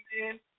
man